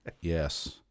Yes